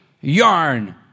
yarn